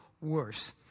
worse